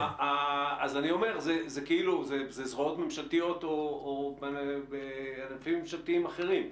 זה כאילו זרועות ממשלתיות וענפים ממשלתיים אחרים.